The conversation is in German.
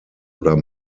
oder